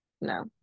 No